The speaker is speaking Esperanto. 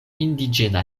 indiĝena